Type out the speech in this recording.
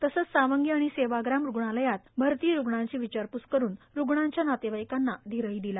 तसेच सावंगी आणि सेवाग्राम रुग्णालयात भरती रुग्णांची विचारपूस करून रुग्णांनाच्या नातेवाईकांना धीर दिला